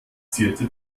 zierte